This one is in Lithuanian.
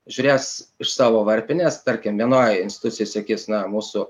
žiūrės iš savo varpinės tarkim vienoj institucijoj sakys na mūsų